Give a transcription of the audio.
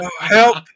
Help